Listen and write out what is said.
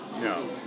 no